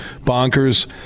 bonkers